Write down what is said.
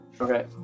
Okay